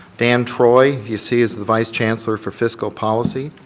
dan troy, you see he's the vice chancellor for fiscal policy,